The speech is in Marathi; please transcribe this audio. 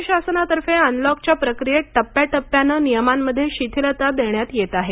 राज्य शासनातर्फे अनलॉकच्या प्रक्रियेत टप्प्या टप्प्यानं नियमांमध्ये शिथिलता देण्यात येत आहे